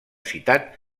citat